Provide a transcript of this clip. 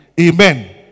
Amen